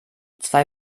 zwei